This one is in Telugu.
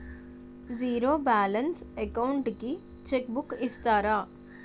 జీరో బాలన్స్ అకౌంట్ కి చెక్ బుక్ ఇస్తారా?